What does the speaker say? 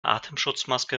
atemschutzmaske